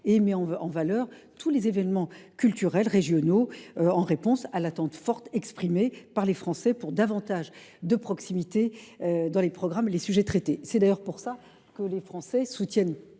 et met en valeur tous les événements culturels régionaux, répondant en cela à l’attente forte exprimée par les Français pour davantage de proximité dans les programmes et les sujets traités. C’est d’ailleurs pour cette raison que les Français soutiennent